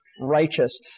righteous